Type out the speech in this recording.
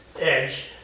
edge